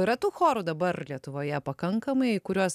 yra tų chorų dabar lietuvoje pakankamai kuriuos